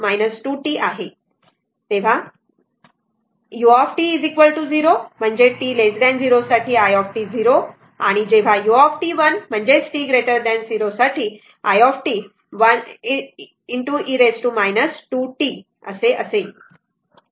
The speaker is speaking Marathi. तर जेव्हा u 0 म्हणजे t 0 साठी it 0 लिहू शकतो आणि जेव्हा u 1 म्हणजे t 0 साठी iS1 1 e t e t 2 e 2t असेल बरोबर